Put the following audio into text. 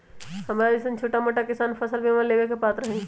हमरा जैईसन छोटा मोटा किसान फसल बीमा लेबे के पात्र हई?